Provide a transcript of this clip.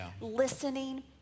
listening